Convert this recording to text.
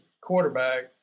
quarterback